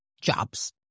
jobs